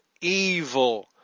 evil